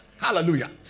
Hallelujah